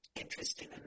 interesting